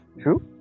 True